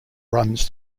runs